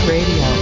Radio